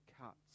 cuts